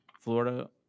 florida